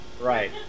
right